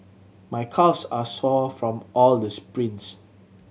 my calves are sore from all the sprints